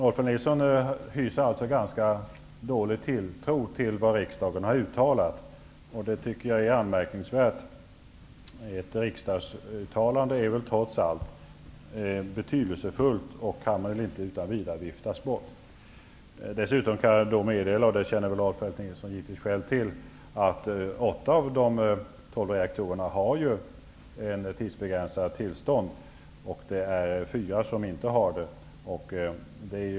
Rolf L Nilson hyser alltså ganska dålig tilltro till vad riksdagen har uttalat. Det tycker jag är anmärkningsvärt. Ett riksdagsuttalande är ju trots allt betydelsefullt och kan inte utan vidare viftas bort. Dessutom kan jag meddela - och det känner Rolf L Nilson givetvis själv till - att åtta av de tolv reaktorerna har ett tidsbegränsat tillstånd. Fyra har det inte.